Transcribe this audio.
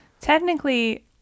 Technically